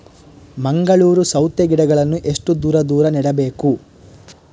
ಮಂಗಳೂರು ಸೌತೆ ಗಿಡಗಳನ್ನು ಎಷ್ಟು ದೂರ ದೂರ ನೆಡಬೇಕು?